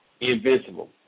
invincible